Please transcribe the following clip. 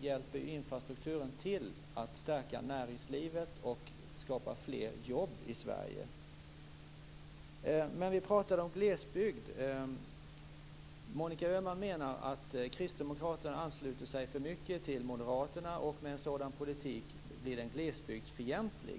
hjälper ju infrastrukturen till att stärka näringslivet och skapa fler jobb i Sverige. Men vi pratade om glesbygd. Monica Öhman menar att kristdemokraterna ansluter sig för mycket till moderaterna, och en sådan politik blir glesbygdsfientlig.